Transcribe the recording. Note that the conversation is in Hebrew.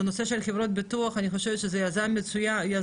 בנושא של חברות ביטוח אני חושבת שזה יוזמה מצוינת,